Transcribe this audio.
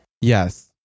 Yes